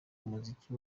umuziki